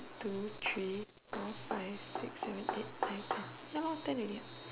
two three four five six seven eight nine ten ya ten already what